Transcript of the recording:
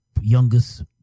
youngest